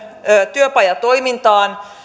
työpajatoimintaan